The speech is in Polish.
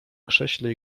krześle